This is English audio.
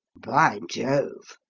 by jove!